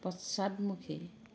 পশ্চাদমুখী